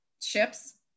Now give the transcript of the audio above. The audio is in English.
ships